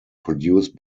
produced